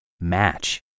match